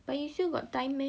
but you still got time meh